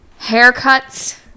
haircuts